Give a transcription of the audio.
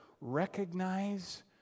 Recognize